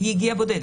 היא הגיעה בודדת.